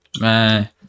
man